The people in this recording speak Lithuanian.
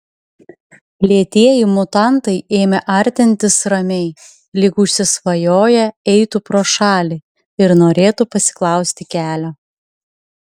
lėtieji mutantai ėmė artintis ramiai lyg užsisvajoję eitų pro šalį ir norėtų pasiklausti kelio